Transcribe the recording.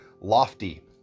lofty